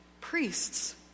Priests